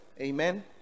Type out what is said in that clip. amen